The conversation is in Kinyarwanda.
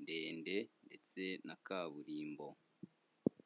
ndende ndetse na kaburimbo.